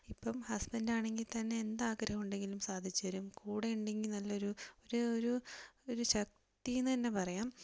ഇപ്പം ഹസ്ബന്റ് ആണെങ്കിൽ തന്നെ എന്ത് ആഗ്രഹം ഉണ്ടെങ്കിലും സാധിച്ചു തരും കൂടെയുണ്ടെങ്കിൽ നല്ലൊരു ഒരു ഒരു ഒരു ശക്തിയെന്നു തന്നെ പറയാം